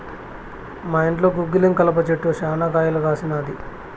మా ఇంట్లో గుగ్గిలం కలప చెట్టు శనా కాయలు కాసినాది